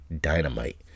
Dynamite